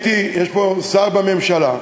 יש פה שר בממשלה,